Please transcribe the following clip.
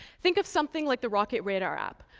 think of something like the rocket radar app,